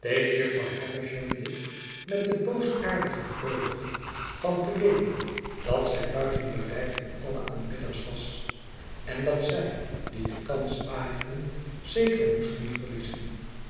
jufvrouw havisham dit met d e boosaardige vreugde van te weten dat zij buiten bereik van alle aanbidders was en dat zij die de kans waagden zeker moesten verliezen